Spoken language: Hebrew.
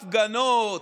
הפגנות,